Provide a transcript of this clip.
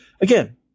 again